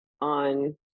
on